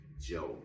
Joe